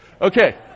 Okay